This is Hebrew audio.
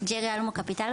ג'רי אלמו קפיטל,